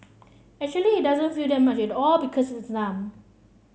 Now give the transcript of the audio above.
actually it doesn't feel like much at all because it's numb